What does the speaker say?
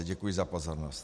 Děkuji za pozornost.